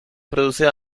produce